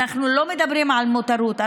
אנחנו לא מדברים על מותרות,